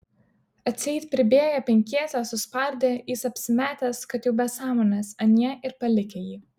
atseit pribėgę penkiese suspardę jis apsimetęs kad jau be sąmonės anie ir palikę jį